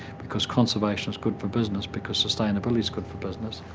because conservation is good for business, because sustainability is good for business.